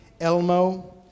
Elmo